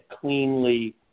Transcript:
cleanly